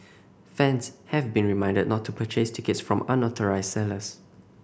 fans have been reminded not to purchase tickets from unauthorised sellers